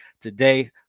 today